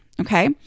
Okay